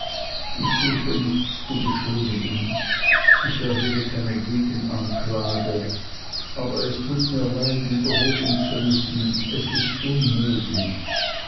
ich suche nichts zu beschönigen ich erhebe keine gegenanklage aber es tut mir leid wiederholen zu müssen es ist unmöglich